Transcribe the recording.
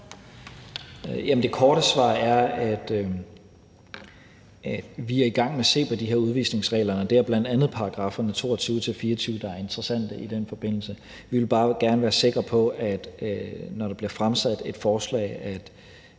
Det korte svar er, at vi er i gang med at se på de her udvisningsregler, og det er bl.a. §§ 22-24, der er interessante i den forbindelse. Vi vil bare gerne være sikre på, at det, når der bliver fremsat et forslag,